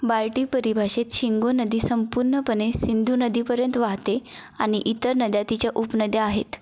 बाल्टी परिभाषेत शिंगो नदी संपूर्णपणे सिंधू नदीपर्यंत वाहते आणि इतर नद्या तिच्या उपनद्या आहेत